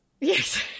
Yes